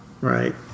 right